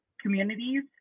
communities